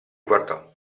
guardò